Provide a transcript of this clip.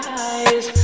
eyes